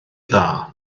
dda